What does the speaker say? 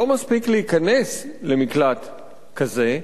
לא מספיק להיכנס למקלט כזה,